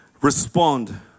respond